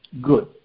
good